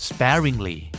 Sparingly